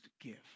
give